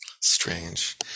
strange